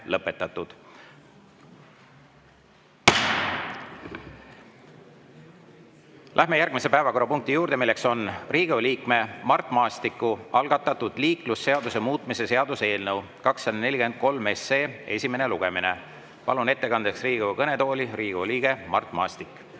Läheme järgmise päevakorrapunkti juurde, milleks on Riigikogu liikme Mart Maastiku algatatud liiklusseaduse muutmise seaduse eelnõu 243 esimene lugemine. Palun ettekandeks Riigikogu kõnetooli Riigikogu liikme Mart Maastiku.